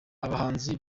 abahanzi